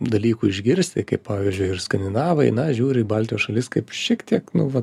dalykų išgirsti kaip pavyzdžiui ir skandinavai na žiūri į baltijos šalis kaip šiek tiek nu va